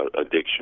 addiction